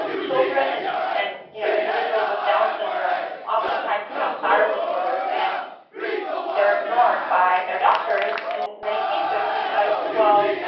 children and and you know individuals with down's syndrome often times have thyroid disorders, and they're ignored by their doctors in many cases because, well,